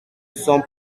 sont